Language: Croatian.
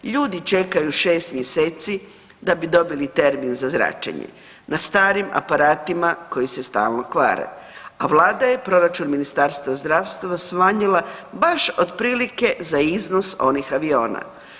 Ljudi čekaju šest mjeseci da bi dobili termin za zračenje na starim aparatima koji se stalno kvare, a Vlada je proračun Ministarstva zdravstva smanjila baš otprilike za iznos onih aviona.